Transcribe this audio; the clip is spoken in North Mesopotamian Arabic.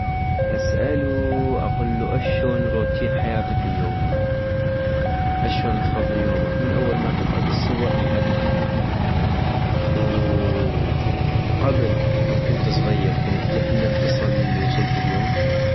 اسألوو اقلو اشون روتين حياتك اليومي؟ اشون تقضي يومك من اول ماتقعد الصبح لحد ما تنام ؟- ووقبل من كنت صغيغ كنت تحلم تصل للي وصلتو اليوم؟